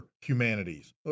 humanities